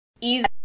easy